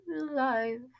alive